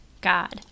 God